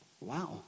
Wow